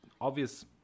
obvious